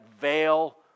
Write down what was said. veil